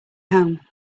home